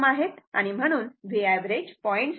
म्हणून Vऍव्हरेज 0